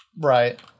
Right